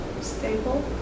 stable